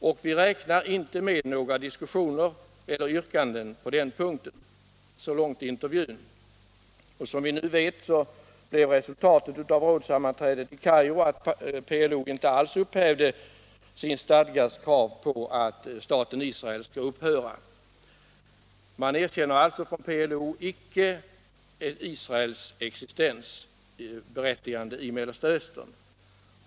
Och vi räknar inte med några diskussioner eller yrkanden på den punkten.” Så långt intervjun. Som vi nu vet blev resultatet av rådssammanträdet i Kairo att PLO inte alls upphävde sin stadgas krav på att staten Israel skulle upphöra. PLO erkänner alltså inte Israels existensberättigande i Mellersta Östern.